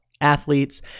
athletes